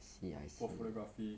for photography